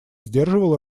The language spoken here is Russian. сдерживал